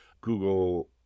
Google